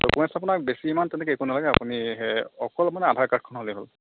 documents আপুনাক বেছি ইমান তেনেকৈ একো নালাগে আপুনি হেই অকল আপোনাৰ আধাৰ কাৰ্ডখন হ'লেই হ'ল